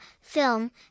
film